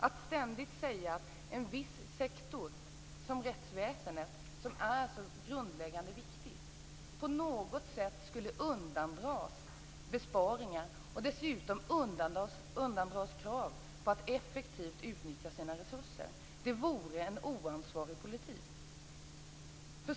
Att ständigt säga att en viss sektor, som rättsväsendet, som är så grundläggande viktigt, på något sätt skulle undandras besparingar och dessutom undandras krav på att effektivt utnyttja sina resurser vore en oansvarig politik.